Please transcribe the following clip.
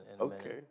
Okay